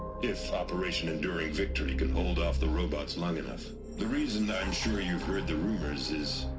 if operation enduring victory can hold off the robots long enough the reason i'm sure you've heard the rumors is.